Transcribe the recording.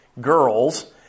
girls